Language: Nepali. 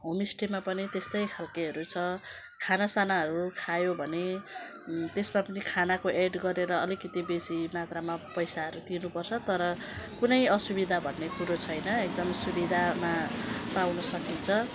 होमस्टेमा पनि त्यस्तै खालेहरू छ खानासानाहरू खायो भने त्यसमा पनि खानाको एड गरेर अलिकति बेसी मात्रमा पैसाहरू तिर्नु पर्छ तर कुनै असुविधा भने कुरो छैन एकदम सुविधा पाउन सकिन्छ